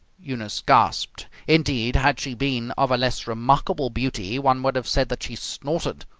eunice gasped. indeed, had she been of a less remarkable beauty one would have said that she snorted.